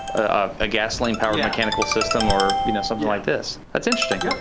ah a gasoline-powered mechanical system or you know something like this. that's interesting.